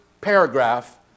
paragraph